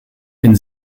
bin